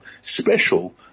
special